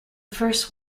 first